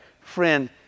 friend